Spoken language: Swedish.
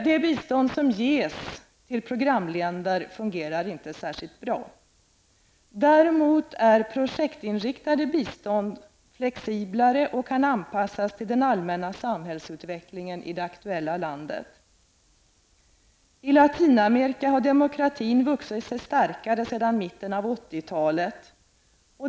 Det bistånd som ges till programländer fungerar inte särskilt bra. Däremot är projektinriktade bistånd flexiblare och kan anpassas till den allmänna samhällsutvecklingen i det aktuella landet. I Latinamerika har demokratin vuxit sig starkare sedan mitten av 80-talet.